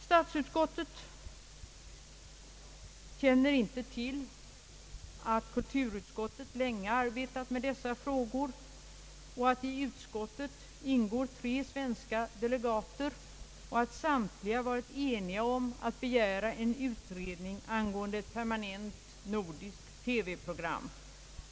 Statsutskottet känner uppenbarligen inte till att kulturutskottet länge arbetat med dessa frågor och att i utskottet ingått tre svenska delegater. Samtliga har varit eniga om att begära en utredning angående ett permanent TV-program.